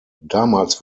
damals